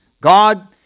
God